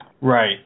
Right